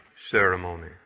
ceremony